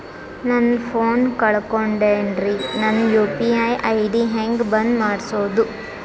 ನನ್ನ ಫೋನ್ ಕಳಕೊಂಡೆನ್ರೇ ನನ್ ಯು.ಪಿ.ಐ ಐ.ಡಿ ಹೆಂಗ್ ಬಂದ್ ಮಾಡ್ಸೋದು?